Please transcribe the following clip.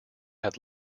had